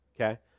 okay